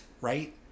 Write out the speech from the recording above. right